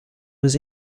was